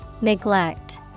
neglect